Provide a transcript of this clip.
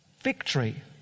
victory